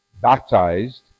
baptized